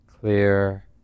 clear